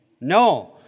No